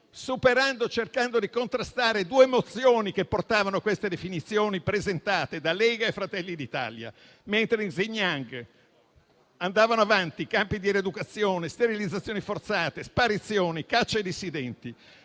superando e cercando di contrastare due mozioni che portavano queste definizioni, presentate da Lega e Fratelli d'Italia. Mentre in Xinjiang andavano avanti campi di rieducazione, sterilizzazioni forzate, sparizioni e caccia ai dissidenti,